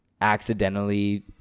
accidentally